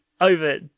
over